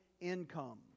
income